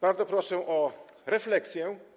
Bardzo proszę o refleksję.